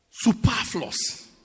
superfluous